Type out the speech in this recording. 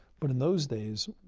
but in those days,